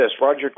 Roger